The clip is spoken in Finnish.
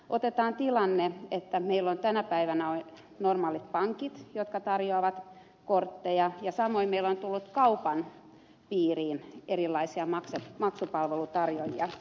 otetaan tilanne että meillä on tänä päivänä normaalit pankit jotka tarjoavat kortteja ja samoin meillä on tullut kaupan piiriin erilaisia maksupalvelun tarjoa jia